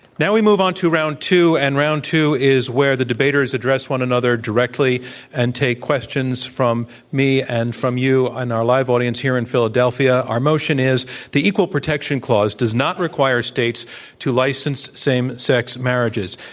now we move on to round two. and round two is where the debaters address one another directly and take questions from me and from you, and our live audience here in philadelphia. our motion is the equal protection clause does not require states to license same sex marriages.